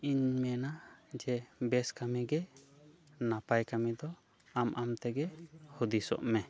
ᱤᱧᱤᱧ ᱢᱮᱱᱟ ᱡᱮ ᱵᱮᱥ ᱠᱟᱹᱢᱤ ᱜᱮ ᱱᱟᱯᱟᱭ ᱠᱟᱹᱢᱤ ᱫᱚ ᱟᱢ ᱟᱢᱛᱮᱜᱮ ᱦᱤᱫᱤᱥᱚᱜ ᱢᱮ